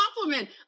compliment